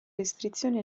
restrizioni